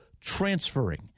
transferring